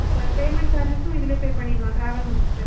அப்போ பேமென்ட் சார்ஜஸ்ஸும் இதுலையே பே பண்ணிடலாம் ட்ராவெல் முடிச்சுட்டு